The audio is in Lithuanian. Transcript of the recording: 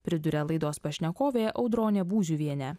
priduria laidos pašnekovė audronė būziuvienė